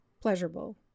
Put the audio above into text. pleasurable